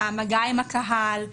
המגע עם הקהל,